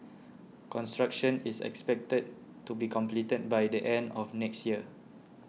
construction is expected to be completed by the end of next year